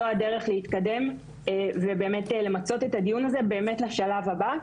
זו הדרך להתקדם ובאמת למצות את הדיון הזה באמת לשלב הבא.